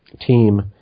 team